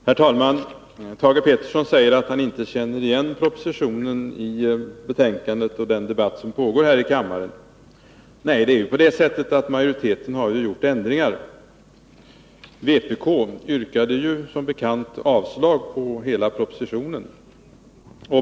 Herr talman! Thage Peterson säger att han inte känner igen propositionen i betänkandet och i den debatt som pågår här i kammaren. Nej, utskottsmajoriteten har ju gjort ändringar. Vpk yrkade som bekant avslag på hela propositionen.